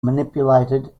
manipulated